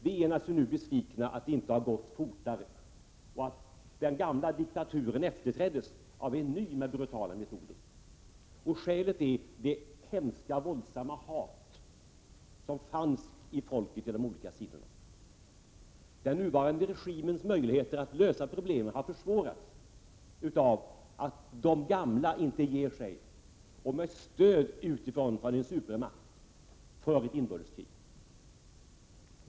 Vi är naturligtvis nu besvikna att det inte har gått fortare och att den gamla diktaturen efterträddes av en ny med brutala metoder. Skälet är det hemska våldsamma hat som fanns bland folket på de olika sidorna. Den nuvarande regimens möjligheter att lösa problemen har 81 Prot. 1987/88:129 försvårats av att den gamla inte ger sig utan med stöd utifrån av en supermakt för ett inbördeskrig.